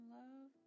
love